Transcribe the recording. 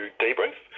debrief